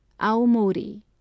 Aomori